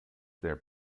their